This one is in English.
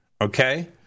okay